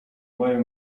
mają